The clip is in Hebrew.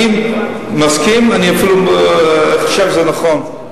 אני מסכים, אני אפילו חושב שזה נכון.